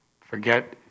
forget